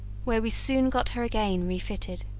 where we soon got her again refitted.